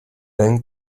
then